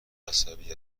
عصبی